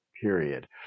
period